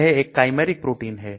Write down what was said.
यह एक Chimeric protein है